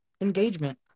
engagement